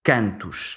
Cantos